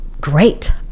great